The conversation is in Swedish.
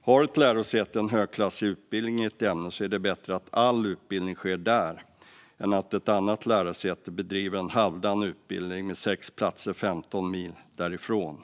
Har ett lärosäte en högklassig utbildning i ett ämne är det bättre att all utbildning sker där än att ett annat lärosäte bedriver en halvdan utbildning med sex platser 15 mil därifrån.